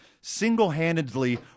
single-handedly